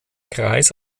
kreis